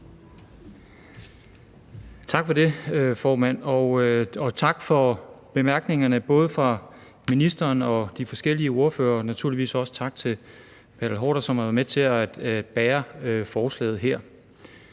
Tak for det, formand. Og tak for bemærkningerne fra både ministeren og de forskellige ordførere, og naturligvis også tak til Bertel Haarder, som har været med til at bære forslaget.